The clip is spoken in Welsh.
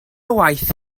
waith